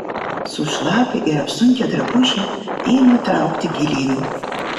sušlapę ir apsunkę drabužiai ėmė traukti gilyn